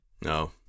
No